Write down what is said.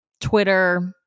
Twitter